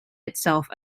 itself